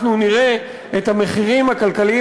אנחנו נראה את המחירים הכלליים,